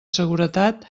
seguretat